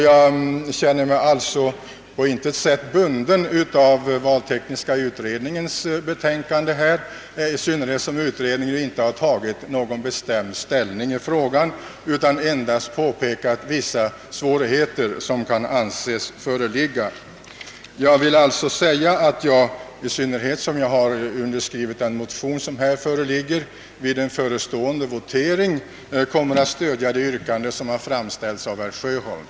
Jag känner mig här på intet sätt bunden av valtekniska kommitténs betänkande, i synnerhet som utredningen inte tagit någon bestämd ställning till frågan utan endast påpekat vissa svårigheter som kan anses föreligga. Jag kommer alltså vid den förestående voteringen — i synnerhet som jag undertecknat motionen II: 242 — att stödja det av herr Sjöholm framställda yrkandet om bifall till de likalydande motionerna 1:188 och II: 242.